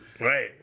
Right